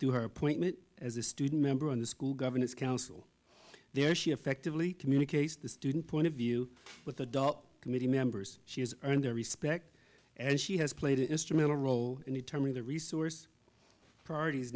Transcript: through her appointment as a student member on the school governance council there she effectively communicate the student point of view with adult committee members she has earned their respect as she has played an instrumental role in determining the resource priorities